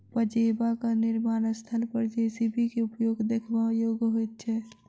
पजेबाक निर्माण स्थल पर जे.सी.बी के उपयोग देखबा योग्य होइत छै